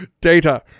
Data